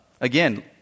Again